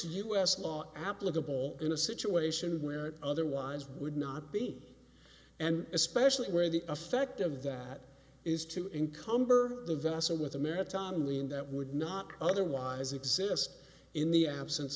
u s law applicable in a situation where it otherwise would not be and especially where the effect of that is to encumber the vessel with a maritime lien that would not otherwise exist in the absence